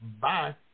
Bye